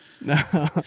No